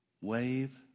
Wave